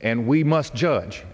and we must judge